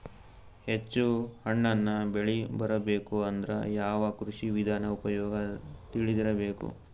ಹೆಚ್ಚು ಹಣ್ಣನ್ನ ಬೆಳಿ ಬರಬೇಕು ಅಂದ್ರ ಯಾವ ಕೃಷಿ ವಿಧಾನ ಉಪಯೋಗ ತಿಳಿದಿರಬೇಕು?